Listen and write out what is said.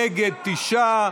נגד, תשעה,